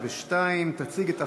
התשע"ד 2014,